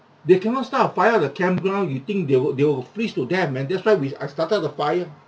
they cannot start a fire on the campground you think they will they will freeze to death man that's why we I started the fire